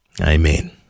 Amen